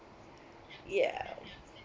yeah